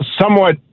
somewhat